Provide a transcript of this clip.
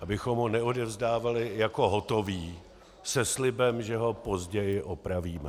Abychom ho neodevzdávali jako hotový se slibem, že ho později opravíme.